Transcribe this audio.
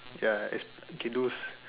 ya es~ okay those